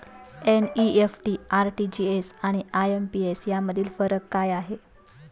NEFT, RTGS आणि IMPS यामधील फरक काय आहे?